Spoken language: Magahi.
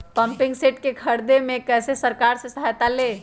पम्पिंग सेट के ख़रीदे मे कैसे सरकार से सहायता ले?